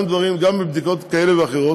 גם בדיקות כאלה ואחרות.